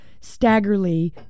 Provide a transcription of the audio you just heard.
Staggerly